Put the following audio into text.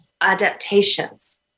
adaptations